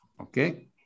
Okay